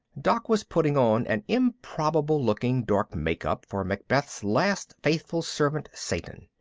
doc was putting on an improbable-looking dark makeup for macbeth's last faithful servant seyton.